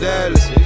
Dallas